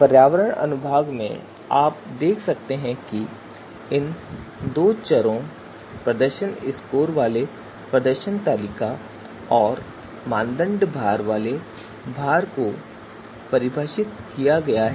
पर्यावरण अनुभाग में आप देख सकते हैं कि इन दो चरों प्रदर्शन स्कोर वाले प्रदर्शन तालिका और मानदंड भार वाले भार को परिभाषित किया गया है